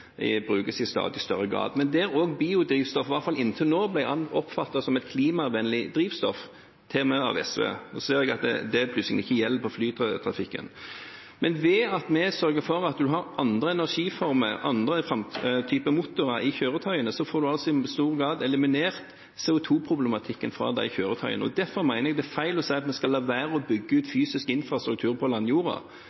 brukes i stadig større grad. Men der biodrivstoff, i hvert fall inntil nå, ble oppfattet som et klimavennlig drivstoff, til og med av SV, ser jeg at det plutselig ikke gjelder for flytrafikken. Men ved at vi sørger for at en har andre energiformer, andre typer motorer i kjøretøyene, får en i stor grad eliminert CO2-problematikken fra de kjøretøyene, og derfor mener jeg det er feil å si at vi skal la være å bygge ut